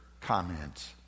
comments